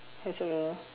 I also don't know